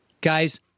guys